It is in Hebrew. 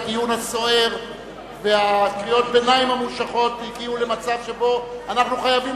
הדיון הסוער וקריאות הביניים הממושכות הגיעו למצב שבו אנחנו חייבים